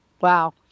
Wow